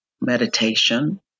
meditation